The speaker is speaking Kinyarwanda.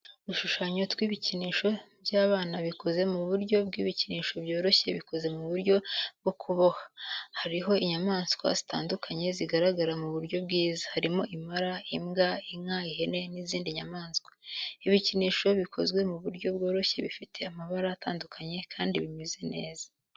Udushushanyo tw'ibikinisho by'abana bikoze mu buryo bw'ibikinisho byoroshye bikoze mu buryo bwo kuboha. Hariho inyamaswa zitandukanye zigaragara mu buryo bwiza, harimo impara, imbwa, inka, ihene, n'izindi nyamaswa. Ibikinisho bikozwe mu buryo byoroshye bifite amabara atandukanye kandi bimeze neza.